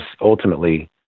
ultimately